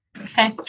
Okay